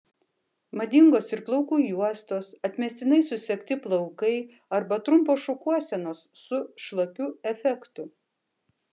madingos ir plaukų juostos atmestinai susegti plaukai arba trumpos šukuosenos su šlapiu efektu